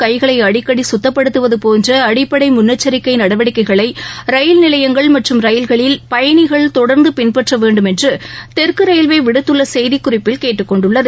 கைகளை அடிக்கடி சுத்தப்படுத்துவது போன்ற அடிப்படை முன்னெச்சரிக்கை நடவடிக்கைகளை ரயில் நிலையங்கள் மற்றும் ரயில்களில் பயணிகள் தொடர்ந்து பின்பற்ற வேண்டும் என்று தெற்கு ரயில்வே விடுத்துள்ள செய்திக்குறிப்பில் கேட்டுக்கொண்டுள்ளது